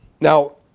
Now